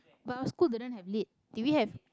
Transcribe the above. but our school didn't have lit did we have